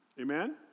Amen